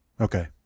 okay